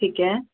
ਠੀਕ ਹੈ